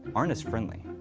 aren't as friendly.